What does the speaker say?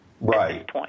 Right